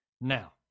Now